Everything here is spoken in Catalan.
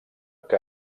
que